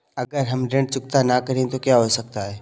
अगर हम ऋण चुकता न करें तो क्या हो सकता है?